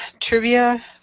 trivia